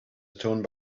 stone